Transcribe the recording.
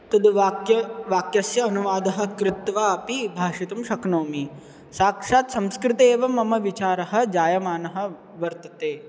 तद् वाक्यं वाक्यस्य अनुवादं कृत्वा अपि भाषितुं शक्नोमि साक्षात् संस्कृते एव मम विचारः जायमानः वर्तते